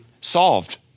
solved